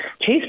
Chase